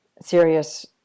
serious